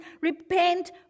repent